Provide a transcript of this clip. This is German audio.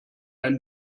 ein